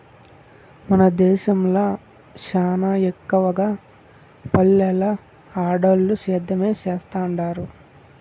మన దేశంల సానా ఎక్కవగా పల్లెల్ల ఆడోల్లు సేద్యమే సేత్తండారు